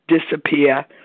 disappear